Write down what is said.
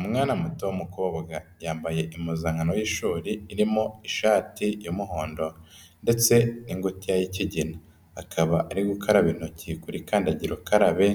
Umwana muto w'umukobwa, yambaye impuzankano y'ishuri irimo ishati y'umuhondo ndetse n'ingutiya y'ikigina, akaba ari gukaraba intoki kuri kandagira ukarabe,